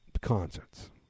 concerts